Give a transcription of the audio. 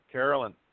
Carolyn